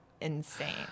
insane